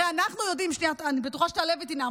אני בטוחה שתעלה ותנאם,